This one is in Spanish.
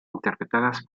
interpretadas